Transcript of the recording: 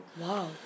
Wow